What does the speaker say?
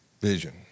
vision